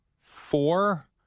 four